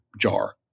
jar